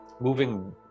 moving